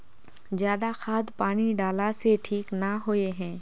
ज्यादा खाद पानी डाला से ठीक ना होए है?